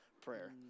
prayer